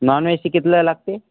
non veg कितीला लागते